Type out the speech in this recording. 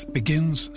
begins